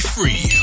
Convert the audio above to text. Free